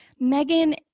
Megan